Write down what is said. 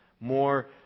more